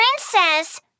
princess